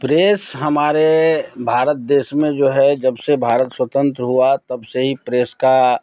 press हमारे भारत देश में जो है जब से भारत स्वतंत्र हुआ तब से ही प्रेस का